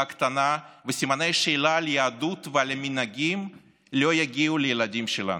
ההקטנה וסימני השאלה על היהדות ועל המנהגים לא יגיעו לילדים שלנו.